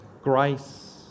Grace